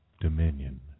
dominion